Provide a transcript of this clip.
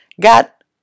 got